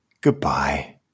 goodbye